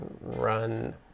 run